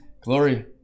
Glory